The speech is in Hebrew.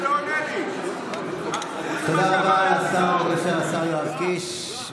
אתה לא עונה לי, תודה רבה לשר המקשר השר יואב קיש.